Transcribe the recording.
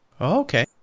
Okay